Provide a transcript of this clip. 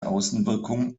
außenwirkung